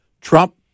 Trump